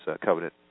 covenant